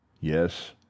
Yes